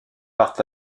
partent